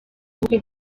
ubukwe